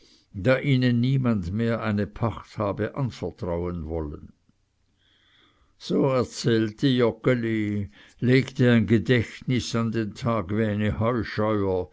da ihnen niemand mehr eine pacht habe anvertrauen wollen so erzählte joggeli legte ein gedächtnis an den tag wie eine